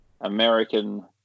American